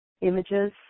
images